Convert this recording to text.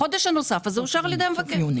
החודש הנוסף הזה אושר על ידי המבקר.